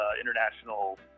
international